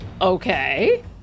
Okay